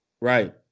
right